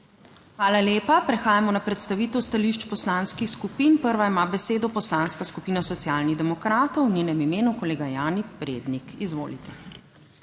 Hvala lepa. Prehajamo na predstavitev stališč poslanskih skupin. Prva ima besedo Poslanska skupina Socialnih demokratov, v njenem imenu kolega Jani Prednik. Izvolite.